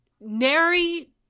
nary